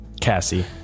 Cassie